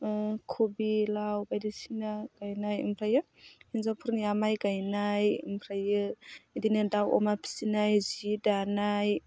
खबि लाव बायदिसिना गायनाय ओमफ्राय हिन्जावफोरनिया माइ गायनाय ओमफ्राय बिदिनो दाउ अमा फिसिनाय सि दानाय